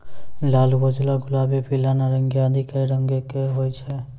लाल, उजला, गुलाबी, पीला, नारंगी आदि कई रंग के होय छै